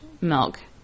milk